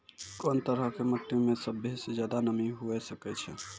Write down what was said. कोन तरहो के मट्टी मे सभ्भे से ज्यादे नमी हुये सकै छै?